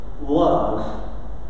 love